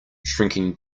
shrinking